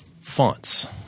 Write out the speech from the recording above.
fonts